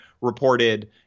reported